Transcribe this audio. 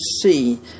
see